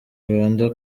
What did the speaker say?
rwanda